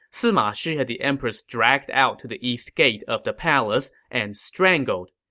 sima shi had the empress dragged out to the east gate of the palace and strangled.